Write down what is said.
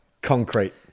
Concrete